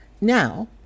Now